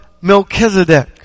Melchizedek